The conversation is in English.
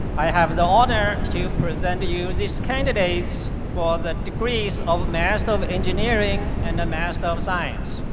i have the honor to present to you these candidates for the degrees of of master of engineering and master of science.